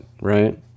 right